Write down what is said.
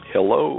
Hello